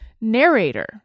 Narrator